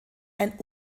ein